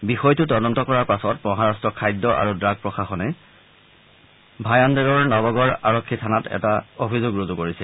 বিষয়টো তদন্ত কৰাৰ পাছত মহাৰা্ট খাদ্য আৰু ড্ৰাগ প্ৰশাসনে ভায়ান্দেৰৰ নবগড় আৰক্ষী থথনাত এটা অভিযোগ ৰুজু কৰিছিল